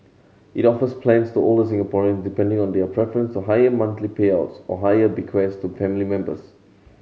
it offers plans to older Singaporean depending on their preference to higher monthly payouts or higher bequests to family members